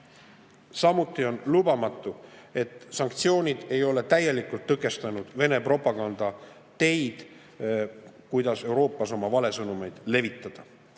on lubamatu, et sanktsioonid ei ole täielikult tõkestanud Vene propaganda teid, kuidas Euroopas oma valesõnumeid levitada.